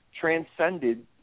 transcended